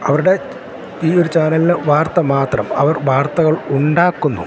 അവരുടെ ഈ ഒരു ചാനലിലെ വാർത്ത മാത്രം അവർ വാർത്തകൾ ഉണ്ടാക്കുന്നു